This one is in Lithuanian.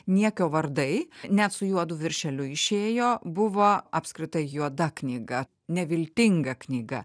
niekio vardai net su juodu viršeliu išėjo buvo apskritai juoda knyga neviltinga knyga